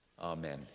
Amen